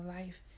life